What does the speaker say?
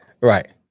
right